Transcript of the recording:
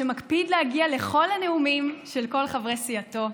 שמקפיד להגיע לכל הנאומים של כל חברי סיעתו,